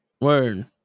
Word